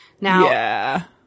Now